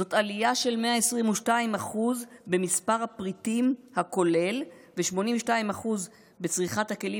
זאת עלייה של 122% במספר הפריטים הכולל ו-82% בצריכת הכלים